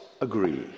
agree